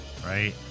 Right